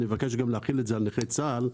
אני מבקש גם להחיל אותן על נכי צה"ל,